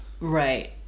Right